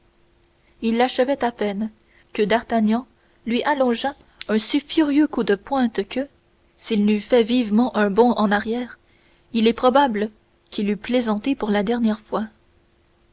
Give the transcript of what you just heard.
il achevait à peine que d'artagnan lui allongea un si furieux coup de pointe que s'il n'eût fait vivement un bond en arrière il est probable qu'il eût plaisanté pour la dernière fois